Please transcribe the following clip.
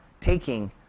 taking